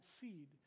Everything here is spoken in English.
seed